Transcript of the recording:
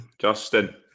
Justin